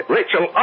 Rachel